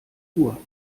uhr